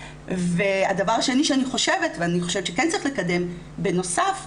הדבר השני שאני חושבת שכן צריך לקדם בנוסף,